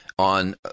On